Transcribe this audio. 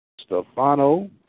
Stefano